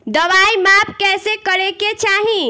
दवाई माप कैसे करेके चाही?